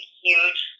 huge